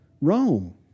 Rome